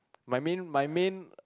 my main my main